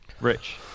Rich